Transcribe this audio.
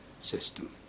system